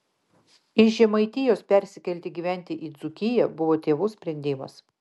iš žemaitijos persikelti gyventi į dzūkiją buvo tėvų sprendimas